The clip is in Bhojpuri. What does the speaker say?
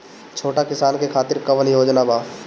छोटा किसान के खातिर कवन योजना बा?